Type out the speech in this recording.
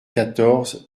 quatorze